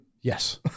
Yes